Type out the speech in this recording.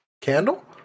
candle